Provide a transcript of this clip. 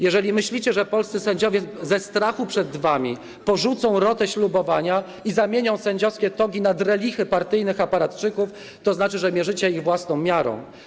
Jeżeli myślicie, że polscy sędziowie ze strachu przed wami porzucą rotę ślubowania i zamienią sędziowskie togi na drelichy partyjnych aparatczyków, to znaczy, że mierzycie ich własną miarą.